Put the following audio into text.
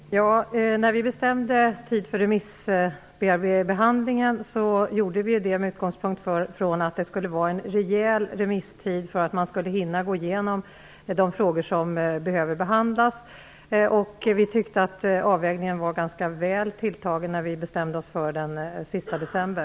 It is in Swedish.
Fru talman! Vi bestämde tiden för remissbehandlingen med utgångspunkt från att det skulle vara en rejäl remisstid för att man skulle hinna gå igenom de frågor som behöver behandlas. Vi tyckte att avvägningen var ganska väl tilltagen när vi bestämde oss för den 31 december.